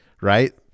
right